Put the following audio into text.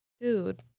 dude